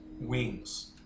wings